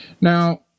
Now